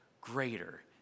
greater